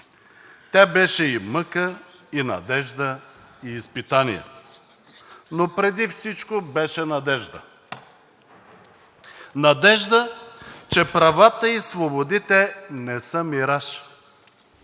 Тя беше и мъка, и надежда, и изпитание, но преди всичко беше надежда, надежда, че правата и свободите не са мираж,